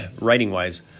Writing-wise